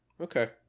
okay